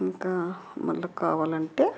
ఇంకా మళ్ళా కావాలంటే